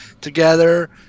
together